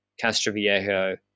Castroviejo